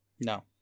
No